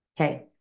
Okay